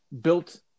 built